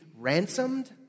ransomed